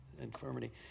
infirmity